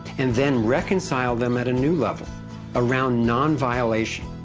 and then reconcile them at a new level around non-violation,